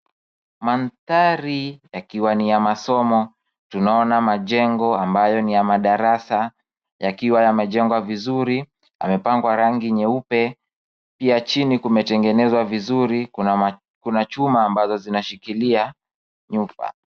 Mandhari yakiwa ni ya masomo. Tunaona majengo ambayo ni ya madarasa yakiwa yamejengwa vizuri. Yamepakwa rangi nyeupe. Pia chini kumetengenezwa vizuri. Kuna chuma ambazo zinashikilia nyumba.